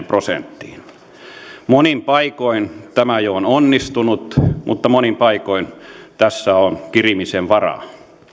prosenttiin monin paikoin tämä on jo onnistunut mutta monin paikoin tässä on kirimisen varaa